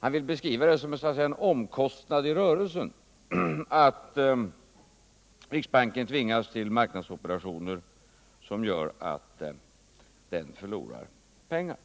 Han vill beskriva det ungefär som en omkostnad i rörelsen att riksbanken tvingas till marknadsoperationer som gör att den förlorar pengar.